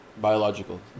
biological